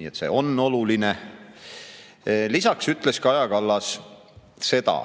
nii et see on oluline. Lisaks ütles Kaja Kallas seda,